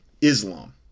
islam